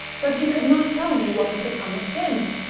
but she could mot tell me what had become of him.